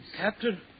Captain